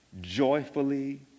joyfully